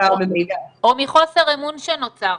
או מחוסר אמון שנוצר.